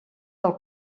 del